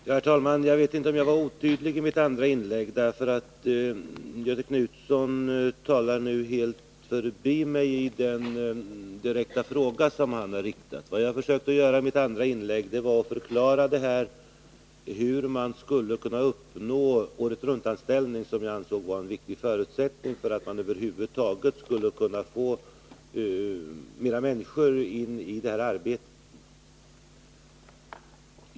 Herr talman! Jag vet inte om jag har varit otydlig i mitt andra inlägg. Göthe Knutson talar nu helt förbi mig i den direkta fråga han riktat till mig. Det jag försökte göra i mitt andra inlägg var att förklara hur man skulle kunna uppnå åretruntanställning, som jag ansåg vara en viktig förutsättning för att man över huvud taget skulle kunna få in fler människor i detta arbete.